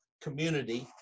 community